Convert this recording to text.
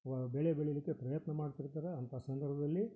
ಬೆಳೆ ಬೆಳೀಲಿಕ್ಕೆ ಪ್ರಯತ್ನ ಮಾಡ್ತಿರ್ತಾರೆ ಅಂಥ ಸಂದರ್ಭದಲ್ಲಿ